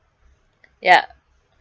yup